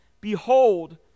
Behold